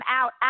out